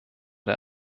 der